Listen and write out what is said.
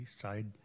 side